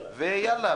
ויאללה,